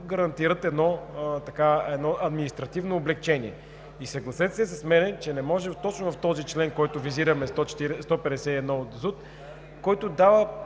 гарантират едно административно облекчение. Съгласете се с мен, че не може точно в този член, който визираме – 151 от ЗУТ, това